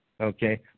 okay